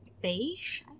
beige